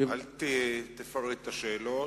אל תפרט את השאלות.